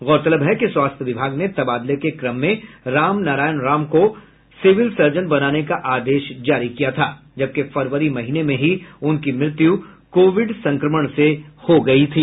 गौरतलब है कि स्वास्थ्य विभाग ने तबादले के क्रम में राम नारायण राम को सिविल सर्जन बनाने का आदेश जारी किया था जबकि फरवरी महीने में ही उनकी मृत्यू कोविड संक्रमण से हो गयी थी